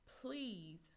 please